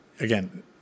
again